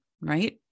right